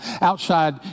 Outside